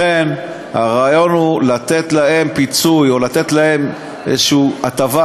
לכן הרעיון הוא לתת להם פיצוי או לתת להם איזו הטבה